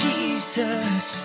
Jesus